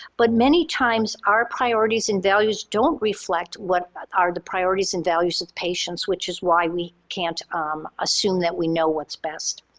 but many times, our priorities and values don't reflect what are the priorities and values of patients, which is why we can't um assume that we know what's best.